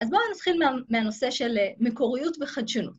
אז בואו נתחיל מהנושא של מקוריות וחדשנות.